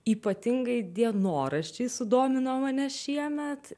ypatingai dienoraščiai sudomino mane šiemet